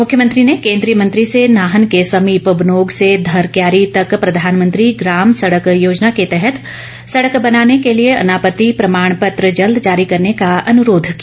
मुख्यमंत्री ने केन्द्रीय मंत्री से नाहन के समीप बनोग से धरक्यारी तक प्रधानमंत्री ग्राम सड़क योजना के तहत सड़क बनाने के लिए अनापत्ति प्रमाण पत्र जल्द जारी करने का अनुरोध किया